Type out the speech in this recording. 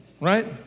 Right